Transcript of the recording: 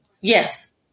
Yes